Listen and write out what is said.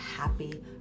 happy